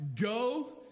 Go